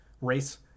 race